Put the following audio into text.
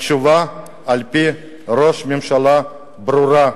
התשובה על-פי ראש הממשלה ברורה,